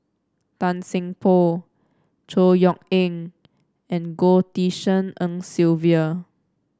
Tan Seng Poh Chor Yeok Eng and Goh Tshin En Sylvia